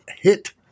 hit